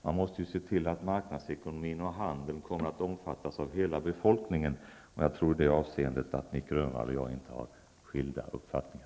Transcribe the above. Man måste se till att marknadsekonomin och handeln kommer att omfatta hela befolkningen. Jag tror i detta avseende att Nic Grönvall och jag inte har skilda uppfattningar.